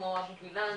כמו אבשלום וילן,